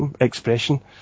expression